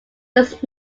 does